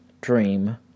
dream